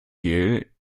gel